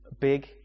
big